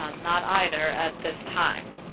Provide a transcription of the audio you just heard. um not either at this time.